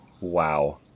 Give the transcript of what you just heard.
Wow